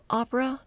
opera